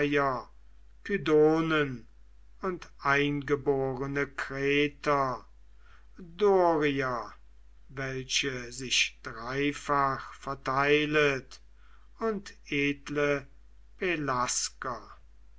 und eingeborene kreter dorier welche sich dreifach verteilet und edle pelasger